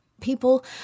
People